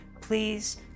Please